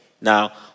Now